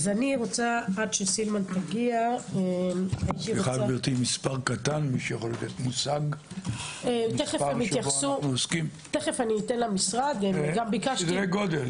עד שסילמן תגיע- - מישהו יכול לתת מושג לגבי סדרי הגודל?